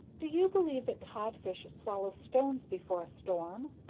do you believe that codfish swallow stones before a storm?